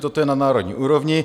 Toto je na národní úrovni.